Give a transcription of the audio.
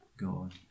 God